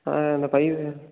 அதான் இந்த பைப்